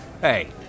Hey